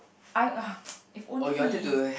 I !ah! if only